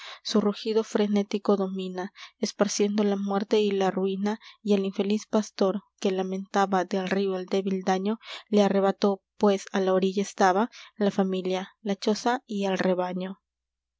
su rugido frenético domina esparciendo la muerte y la ruina y al infeliz pastor que lamentaba del río el débil daño le a r r e b a t ó pues á la orilla estaba la familia la choza y el rebaño